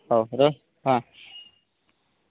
ହଉ ହଁ